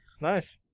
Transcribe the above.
Nice